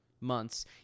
months